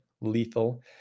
lethal